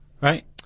right